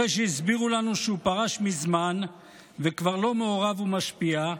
אחרי שהסבירו לנו שהוא פרש מזמן וכבר לא מעורב ומשפיע,